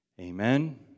Amen